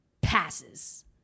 passes